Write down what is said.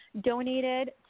donated